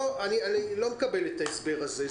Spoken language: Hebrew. אני לא מקבל את ההסבר הזה,